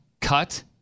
cut